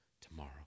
tomorrow